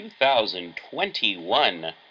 2021